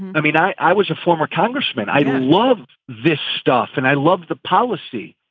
i mean, i i was a former congressman. i love this stuff and i love the policy.